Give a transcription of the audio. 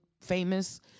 famous